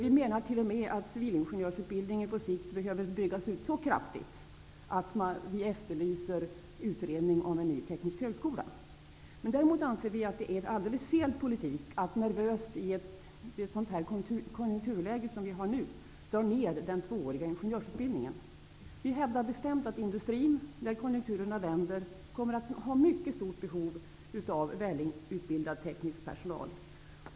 Vi menar t.o.m. att civilingenjörsutbildningen på sikt bör byggas ut så kraftigt att vi efterlyser en utredning om en ny teknisk högskola. Däremot anser vi att det är alldeles fel politik att nervöst i det rådande konjunkturläget dra ner den tvååriga ingenjörsutbildningen. Vi hävdar bestämt att industrin, när konjunkturerna vänder, kommer att ha ett mycket stort behov av välutbildad teknisk personal.